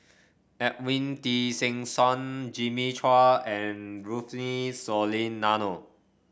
Edwin Tessensohn Jimmy Chua and Rufino Soliano